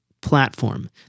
platform